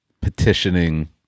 petitioning